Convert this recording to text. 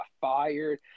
fired